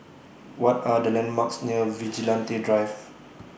What Are The landmarks near Vigilante Drive